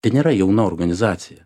tai nėra jauna organizacija